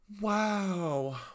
Wow